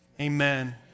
Amen